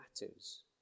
matters